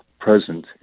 present